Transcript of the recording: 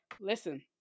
listen